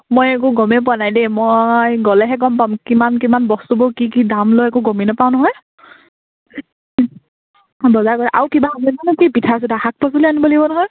মই একো গমেই পোৱা নাই দেই মই গ'লেহে গম পাম কিমান কিমান বস্তুবোৰ কি কি দাম লয় একো গমেই নাপাওঁ নহয় মানে কি পিঠা চিঠা শাক পাচলি আনিব লাগিব নহয়